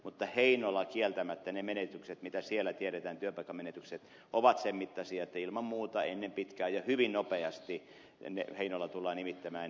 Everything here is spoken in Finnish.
mutta heinolassa kieltämättä ne menetykset mitä siellä tiedetään työpaikkamenetykset ovat sen mittaisia että ilman muuta ennen pitkää ja hyvin nopeasti heinola tullaan nimittämään erityisalueeksi